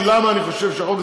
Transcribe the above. למה לא